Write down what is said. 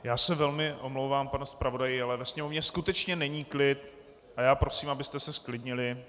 Já se velmi omlouvám, pane zpravodaji, ale ve sněmovně skutečně není klid a já prosím, abyste se zklidnili.